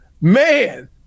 man